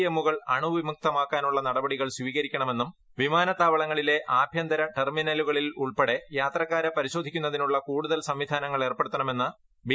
എമ്മുകൾ അണുവിമുക്തമാക്കാനുള്ള നടപടികൾ സ്വീകരിക്കണമെന്നും വിമാനത്താവളങ്ങളിലെ ആഭ്യന്തര ടെർമിനലുകളിൽ ഉൾപ്പെടെ യാത്രക്കാരെ പരിശോധിക്കുന്നതിനുള്ള സംവിധാനങ്ങൾ കൂടുതൽ ഏർപ്പെടുത്തണമെന്ന് ബി